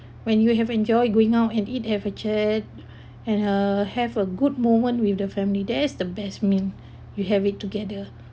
when you have enjoy going out and eat have a chat and uh have a good moment with the family that's the best meal you have it together